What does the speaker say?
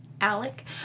Alec